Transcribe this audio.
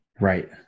Right